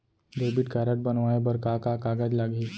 Debit card बनवाये बर का का कागज लागही?